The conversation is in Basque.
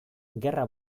gerra